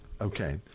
Okay